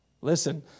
Listen